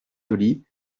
joly